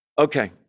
Okay